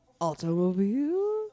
Automobile